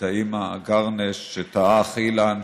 את האימא אגרנש, את האח אילן,